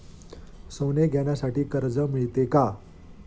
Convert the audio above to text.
सोने घेण्यासाठी कर्ज मिळते का?